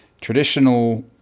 traditional